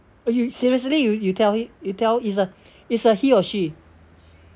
uh you seriously you you tell him you tell is a is a he or she